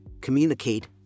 communicate